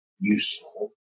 useful